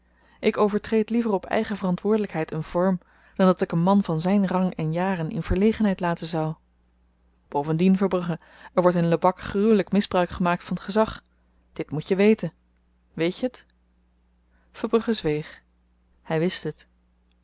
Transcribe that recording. ik overtreed liever op eigen verantwoordelykheid een vorm dan dat ik een man van zyn rang en jaren in verlegenheid laten zou bovendien verbrugge er wordt in lebak gruwelyk misbruik gemaakt van gezag dit moet je weten weet je t verbrugge zweeg hy wist het